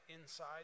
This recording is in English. inside